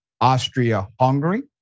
Austria-Hungary